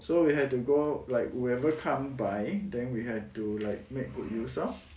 so we had to go like whoever come by then we have to like make good use loh